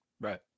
right